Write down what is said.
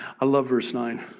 i love verse nine.